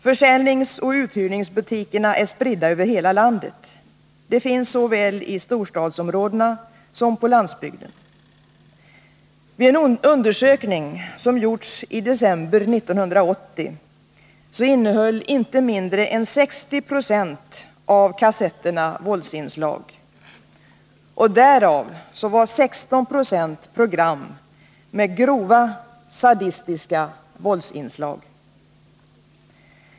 Försäljningsoch urhyrningsbutikerna är spridda över hela landet. De finns såväl i storstadsområdena som på landsbygden. Vid en undersökning som gjorts i december 1980 visade det sig att inte mindre än 60 90 av kassetterna innehöll våldsinslag, varav 16 76 program med grova 'sadistiska våldsinslag.